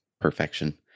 perfection